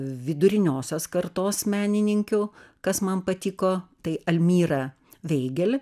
viduriniosios kartos menininkių kas man patiko tai elmyra veigel